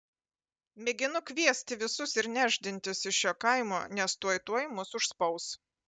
mėginu kviesti visus ir nešdintis iš šio kaimo nes tuoj tuoj mus užspaus